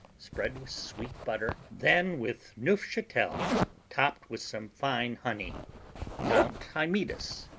spread with sweet butter, then with neufchatel topped with some fine honey mount hymettus,